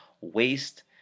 waste